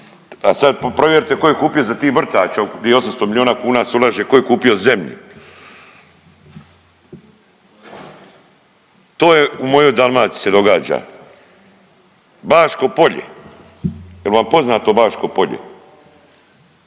a sad provjerite tko je kupio za tih vrtača di 800 milijuna kuna se ulaže ko je kupio zemlju. To je u moj Dalmaciji se događa. Baško Polje, jel vam poznato Baško Polje?